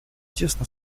тесно